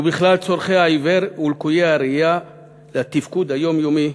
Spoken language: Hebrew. ובכלל צורכי העיוור ולקויי הראייה לתפקוד היומיומי.